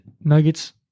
Nuggets